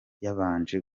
yabanje